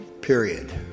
period